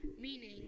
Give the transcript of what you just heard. meaning